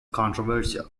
controversial